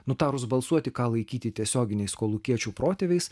nutarus balsuoti ką laikyti tiesioginiais kolūkiečių protėviais